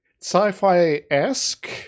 Sci-fi-esque